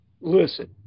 Listen